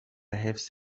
حفظ